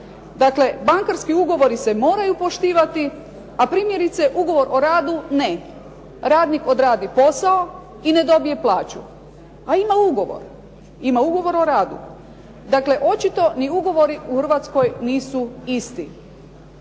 Dakle, bankarski ugovori se moraju poštivati, a primjerice ugovor o radu ne. Radnik odradi posao i ne dobije plaću, a ima ugovor. Ima ugovor o radu. Dakle, očito ni ugovori u Hrvatskoj nisu isti.